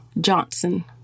Johnson